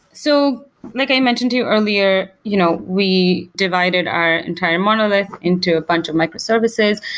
so like i mentioned to you earlier, you know we divided our entire monolith into a bunch of microservices,